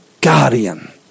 guardian